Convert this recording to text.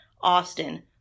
Austin